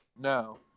No